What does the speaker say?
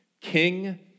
King